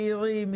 בהירים,